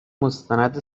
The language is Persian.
مستند